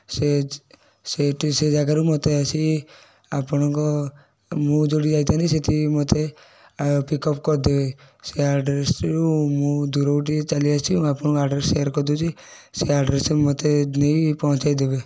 ସେ ଚ ସେଇଟି ସେ ଜାଗାରୁ ମତେ ଆସିକି ଆପଣଙ୍କ ମୁଁ ଯୋଉଠିକି ଯାଇଥାନ୍ତି ସେଠି ମତେ ପିକଅପ୍ କରିଦେବେ ସେ ଆଡ୍ରେସରୁ ମୁଁ ଦୂରକୁ ଟିକେ ଚାଲିଆସିଚି ମୁଁ ଆପଣଙ୍କୁ ଆଡ୍ରେସ୍ ସେୟାର୍ କରି ଦୋଉଚି ସେ ଆଡ୍ରେସ୍ରେ ମତେ ନେଇ ପହଞ୍ଚେଇ ଦେବେ